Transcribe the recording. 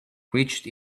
reached